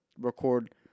record